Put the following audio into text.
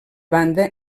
banda